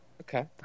Okay